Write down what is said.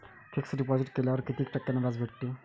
Fix deposit केल्यावर कितीक टक्क्यान व्याज भेटते?